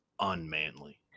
unmanly